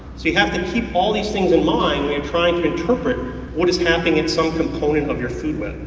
so you have to keep all these things in mind when you're trying to interpret what is happening in some component of your food web.